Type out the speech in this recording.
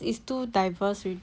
because it is too diverse already